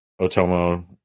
otomo